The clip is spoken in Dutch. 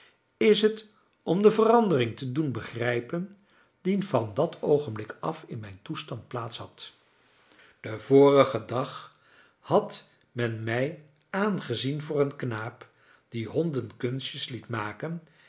is het om de verandering te doen begrijpen die van dat oogenblik af in mijn toestand plaats had den vorigen dag had men mij aangezien voor een knaap die honden kunstjes liet maken